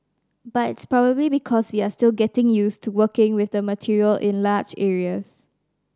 but it's probably because we are still getting used to working with the material in large areas